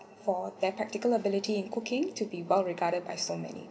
for their practical ability in cooking to be well regarded by so many